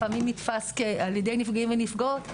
לפעמים נתפס על ידי נפגעים ונפגעות,